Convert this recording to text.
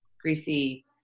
greasy